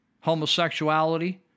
homosexuality